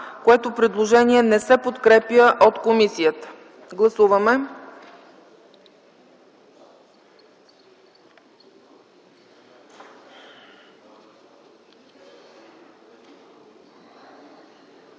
което предложение не се подкрепя от комисията. Гласували